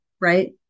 right